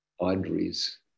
Audrey's